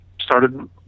started